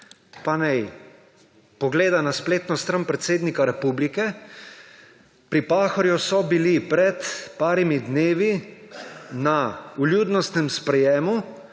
pa naj pogleda na spletno stran predsednika republike. Pri Pahorju so bili pred nekaj dnevi na vljudnostnem sprejemu